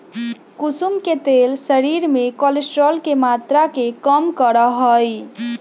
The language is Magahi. कुसुम के तेल शरीर में कोलेस्ट्रोल के मात्रा के कम करा हई